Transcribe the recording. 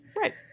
Right